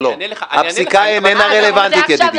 לא, לא, הפסיקה איננה רלוונטית, ידידי.